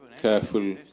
careful